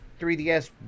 3DS